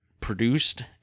produced